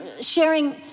sharing